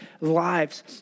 lives